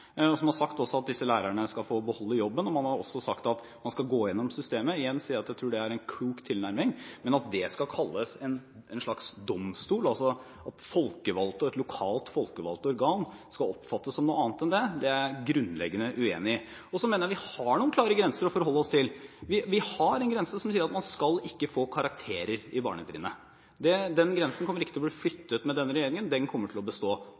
og som også har sagt at disse lærerne skal få beholde jobben. Man har også sagt at man skal gå igjennom systemet, og jeg må igjen si at jeg synes det er en klok tilnærming. Men at dét skal kalles en slags «domstol», at folkevalgte og et lokalt folkevalgt organ skal oppfattes som noe annet enn det, det er jeg grunnleggende uenig i. Jeg mener vi har noen klare grenser å forholde oss til. Vi har en grense som sier at man ikke skal få karakterer i barnetrinnet. Den grensen kommer ikke til å bli flyttet med denne regjeringen, den kommer til å bestå,